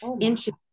inches